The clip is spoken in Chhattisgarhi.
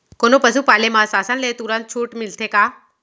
कोनो पसु पाले म शासन ले तुरंत छूट मिलथे का?